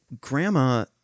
Grandma